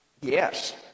Yes